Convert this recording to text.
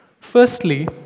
Firstly